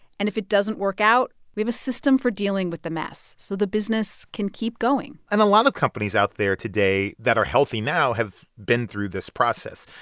and if it doesn't work out, we have a system for dealing with the mess so the business can keep going and a lot of companies out there today that are healthy now have been through this process.